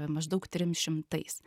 maždaug trim šimtais